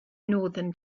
northern